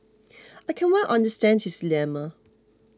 I can well understand his dilemma